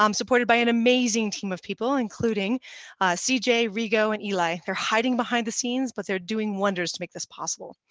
um supported by an amazing team of people, including c j. rigo and eli. they're hiding behind the scenes, but they're doing wonders to make this possible.